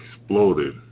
exploded